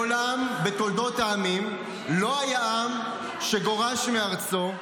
בתולדות העמים מעולם לא היה עם שגורש מארצו,